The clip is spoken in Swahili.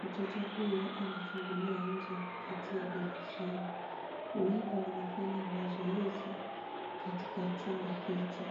mtoto huyo anachungulia nje kupitia dirishani huenda wanafanya mazoezi katika chumba hicho.